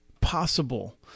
possible